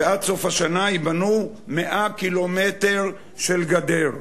ועד סוף השנה ייבנו 100 קילומטר של גדר.